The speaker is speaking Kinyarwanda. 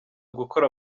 gukora